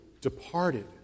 departed